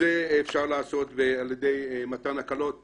את זה אפשר לעשות על ידי מתן הקלות מינוריות,